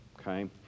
okay